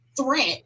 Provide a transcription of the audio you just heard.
threat